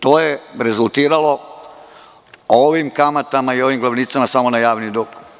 To je rezultiralo ovim kamatama i ovim glavnicama samo na javni dug.